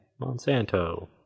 monsanto